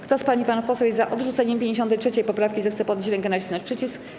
Kto z pań i panów posłów jest za odrzuceniem 53. poprawki, zechce podnieść rękę i nacisnąć przycisk.